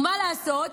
מה לעשות?